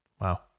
Wow